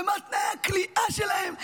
מה תנאי הכליאה שלהם?